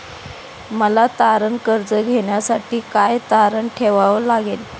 मला तारण कर्ज घेण्यासाठी काय तारण ठेवावे लागेल?